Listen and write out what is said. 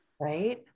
right